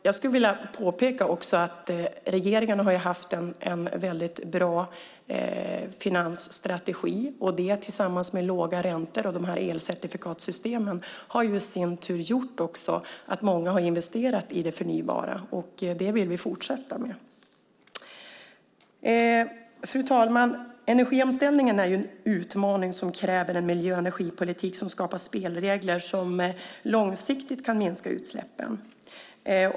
Jag skulle vilja påpeka att regeringen haft en mycket bra finansstrategi. Det tillsammans med låga räntor och elcertifikatssystemen har gjort att många har investerat i det förnybara. Det vill vi ska fortsätta. Fru talman! Energiomställningen är en utmaning som kräver en miljö och energipolitik som skapar spelregler som långsiktigt kan minska utsläppen.